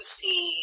see